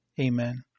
Amen